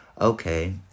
Okay